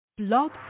blog